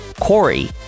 Corey